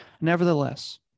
Nevertheless